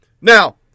Now